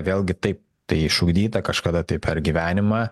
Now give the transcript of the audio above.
vėlgi taip tai išugdyta kažkada tai per gyvenimą